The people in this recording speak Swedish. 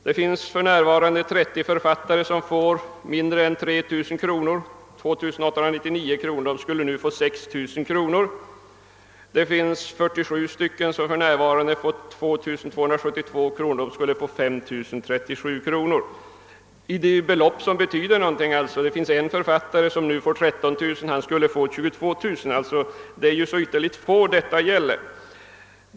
Det finns för närvarande 30 författare som får mindre än 3 000 kronor — 2 899 kronor — och de skulle nu få 6 000 kronor. Det finns 47 stycken som får 2 272 kronor och de skulle få 5037 kronor. När det gäller belopp som betyder något — en författare som nu får 13 000 kronor skulle få 22 000 kronor — är det ytterligt få personer som kommer i fråga.